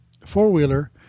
four-wheeler